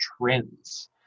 trends